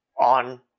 on